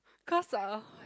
cause uh